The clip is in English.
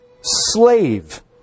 slave